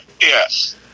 Yes